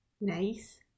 nice